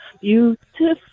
beautiful